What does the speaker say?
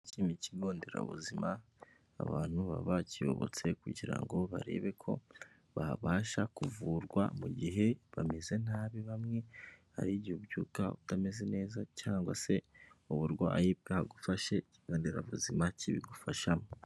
Iki ni kigo nderabuzima, abantu baba bakiyobotse kugira ngo barebe ko babasha kuvurwa mu gihe bameze nabibbamwe, hari igihe ubyuka utameze neza cyangwa se uburwayi bwagufashe, ikigo nderabuzima kibigufashamo